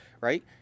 right